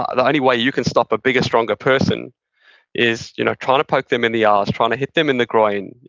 ah the only way you can stop a bigger, stronger person is you know trying to poke them in the eyes, trying to hit them in the groin,